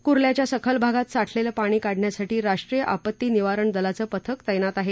कुर्ल्याच्या सखल भागात साठलेलं पाणी काढण्यासाठी राष्ट्रीय आपत्ती निवारण दलाचं पथक तैनात आहे